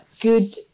good